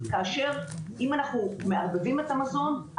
כאשר אם אנחנו מעבדים את המזון,